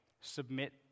submit